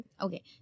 Okay